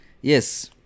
yes